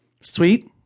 sweet